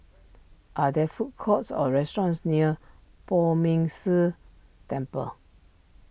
are there food courts or restaurants near Poh Ming Tse Temple